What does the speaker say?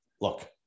look